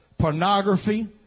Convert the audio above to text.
pornography